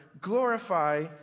glorify